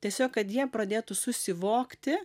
tiesiog kad jie pradėtų susivokti